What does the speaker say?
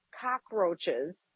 cockroaches